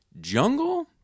Jungle